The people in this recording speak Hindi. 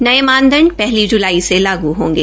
नये मानदंड पहली जुलाई से लागू होंगे